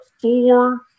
four